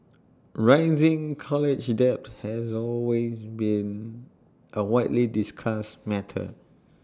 rising college debt has always been A widely discussed matter